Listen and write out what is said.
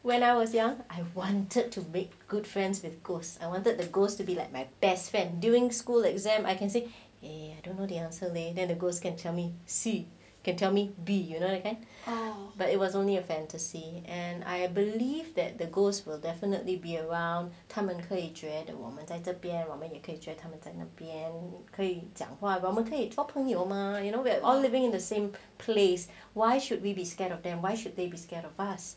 when I was young I wanted to make good friends with ghosts I wanted the ghosts to be like my best friend during school exam I can say eh I don't know the answer leh then the ghost can tell me C can tell me B you know again but it was only a fantasy and I believe that the ghost will definitely be around 他们可以觉得我们在这边他们那边可以讲话我们可以做朋友吗 you know we're all living in the same place why should we be scared of them why should they be scared of us